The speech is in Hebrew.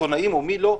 עיתונאים ומי לא,